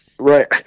Right